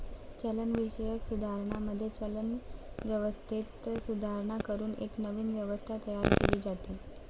चलनविषयक सुधारणांमध्ये, चलन व्यवस्थेत सुधारणा करून एक नवीन व्यवस्था तयार केली जाते